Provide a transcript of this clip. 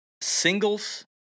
Singles